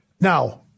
Now